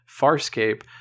Farscape